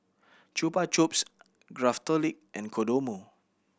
Chupa Chups Craftholic and Kodomo